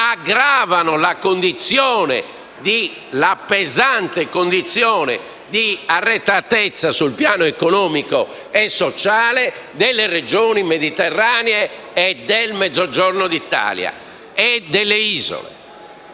aggravano la pesante condizione di arretratezza sul piano economico e sociale del Mezzogiorno d'Italia e delle isole.